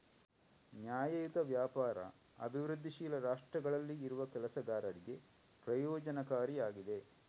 ನ್ಯಾಯಯುತ ವ್ಯಾಪಾರ ಅಭಿವೃದ್ಧಿಶೀಲ ರಾಷ್ಟ್ರಗಳಲ್ಲಿ ಇರುವ ಕೆಲಸಗಾರರಿಗೆ ಪ್ರಯೋಜನಕಾರಿ ಆಗಿದೆ